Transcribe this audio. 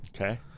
okay